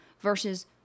Versus